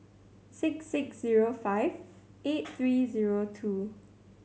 six six zero five eight three zero two